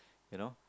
you know